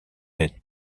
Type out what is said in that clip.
n’êtes